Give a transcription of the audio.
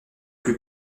plus